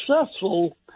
successful